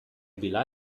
bila